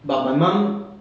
but my mum